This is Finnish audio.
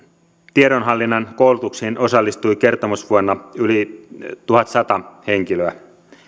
tiedonhallinnan koulutukseen osallistui kertomusvuonna yli tuhatsata henkilöä